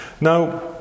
Now